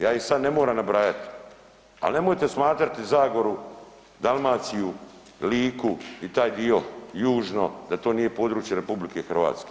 Ja ih sad ne moram nabrajat, al nemojte smatrati Zagoru, Dalmaciju, Liku i taj dio južno da to nije područje RH.